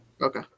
Okay